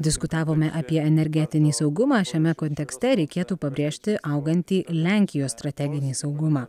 diskutavome apie energetinį saugumą šiame kontekste reikėtų pabrėžti augantį lenkijos strateginį saugumą